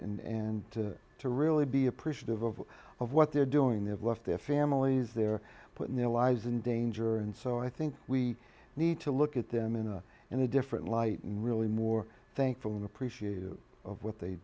light and to really be appreciative of what they're doing they have left their families they're putting their lives in danger and so i think we need to look at them in a in a different light and really more thankful and appreciative of what they